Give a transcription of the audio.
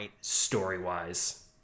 story-wise